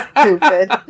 Stupid